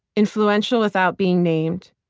influential without being named,